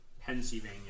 Pennsylvania